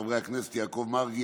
חברי הכנסת יעקב מרגי,